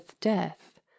death